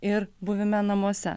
ir buvime namuose